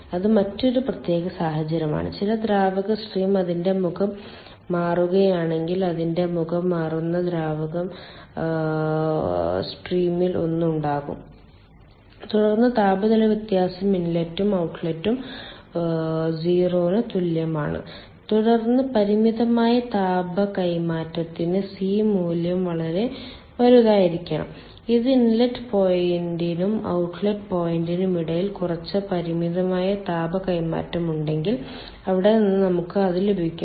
ഇത് മറ്റൊരു പ്രത്യേക സാഹചര്യമാണ് ചില ദ്രാവക സ്ട്രീം അതിന്റെ മുഖം മാറുകയാണെങ്കിൽ അതിന്റെ മുഖം മാറുന്ന ദ്രാവക സ്ട്രീമിൽ ഒന്ന് ഉണ്ടാകും തുടർന്ന് താപനില വ്യത്യാസം ഇൻലെറ്റും ഔട്ട്ലെറ്റും 0 ന് തുല്യമാണ് തുടർന്ന് പരിമിതമായ താപ കൈമാറ്റത്തിന് സി മൂല്യം വളരെ വലുതായിരിക്കണം ഇത് ഇൻലെറ്റ് പോയിന്റിനും ഔട്ട്ലെറ്റ് പോയിന്റിനും ഇടയിൽ കുറച്ച് പരിമിതമായ താപ കൈമാറ്റം ഉണ്ടെങ്കിൽ അവിടെ നിന്ന് നമുക്ക് അത് ലഭിക്കും